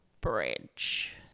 bridge